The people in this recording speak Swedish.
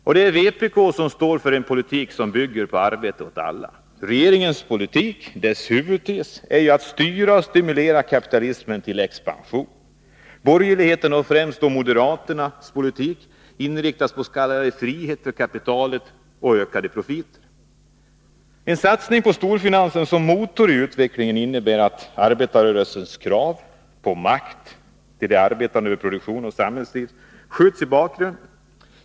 Det är vpk som står för en politik som bygger på kravet arbete åt alla. Huvudtesen i regeringens politik är att styra och stimulera kapitalismen till expansion. Borgerlighetens politik, och då främst moderaternas, inriktas på frihet för kapitalet och ökade profiter. En satsning på storfinansen som motor i utvecklingen innebär att arbetarrörelsens krav att de arbetande skall ha makten över produktion och samhällsliv skjuts i bakgrunden.